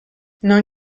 non